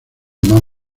más